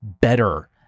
better